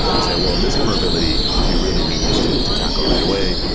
to say, well, this vulnerability, you really need to to tackle right away.